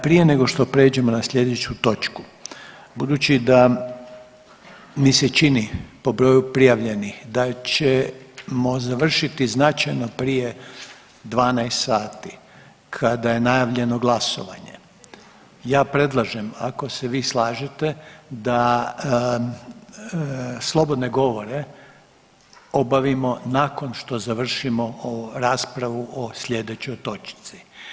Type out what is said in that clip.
Prije nego što pređemo na slijedeću točku budući da mi se čini po broju prijavljenih da ćemo završiti značajno prije 12 sati kada je najavljeno glasovanje, ja predlažem ako se vi slažete da slobodne govore obavimo nakon što završimo o, raspravu o sljedećoj točci.